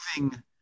moving